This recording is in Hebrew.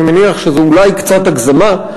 אני מניח שזו אולי קצת הגזמה,